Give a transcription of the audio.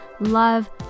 Love